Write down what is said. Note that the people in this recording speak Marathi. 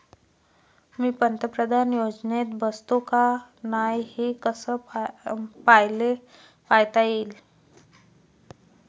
मी पंतप्रधान योजनेत बसतो का नाय, हे कस पायता येईन?